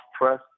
Press